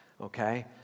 okay